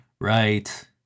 Right